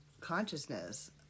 consciousness